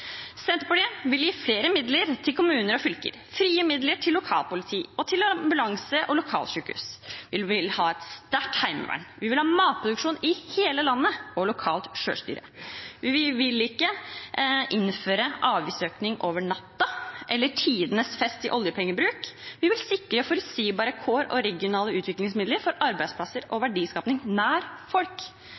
Senterpartiet vil gi flere midler til kommuner og fylker, frie midler til lokalpoliti og til ambulanse og lokalsykehus. Vi vil ha et sterkt heimevern. Vi vil ha matproduksjon i hele landet og lokalt selvstyre. Vi vil ikke innføre avgiftsøkning over natten eller ha tidenes fest i oljepengebruk. Vi vil sikre forutsigbare kår for og regionale utviklingsmidler til arbeidsplasser og verdiskaping nær folk.